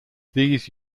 these